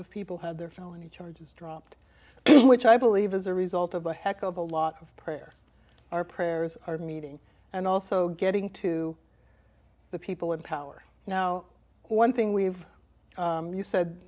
of people had their felony charges dropped which i believe is a result of a heck of a lot of prayer our prayers are meeting and also getting to the people in power now one thing we've you said